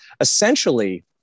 essentially